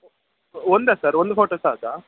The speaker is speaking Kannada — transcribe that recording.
ಒಂದಾ ಸರ್ ಒಂದು ಫೋಟೊ ಸಾಕಾ